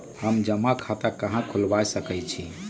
हम जमा खाता कहां खुलवा सकई छी?